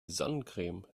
sonnencreme